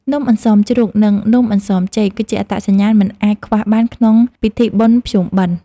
នំអន្សមជ្រូក និងនំអន្សមចេក គឺជាអត្តសញ្ញាណមិនអាចខ្វះបានក្នុងពិធីបុណ្យភ្ជុំបិណ្ឌ។